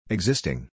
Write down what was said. Existing